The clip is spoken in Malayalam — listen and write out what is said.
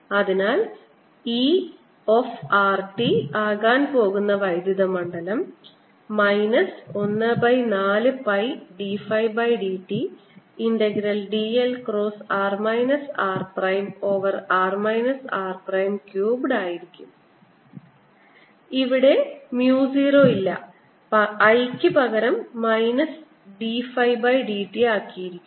അതിനാൽ E r t ആകാൻ പോകുന്ന വൈദ്യുത മണ്ഡലം minus 1 by 4 pi d phi by dt integral dl cross r minus r prime over r minus r prime cubed ആയിരിക്കും ഇവിടെ mu 0 ഇല്ല I ക്ക് പകരം minus d phi by dt ആക്കിയിരിക്കുന്നു